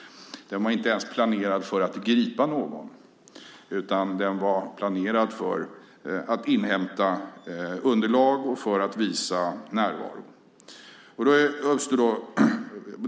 Den var inte ens planerad för att gripa någon. Den var planerad för att inhämta underlag och för att visa närvaro.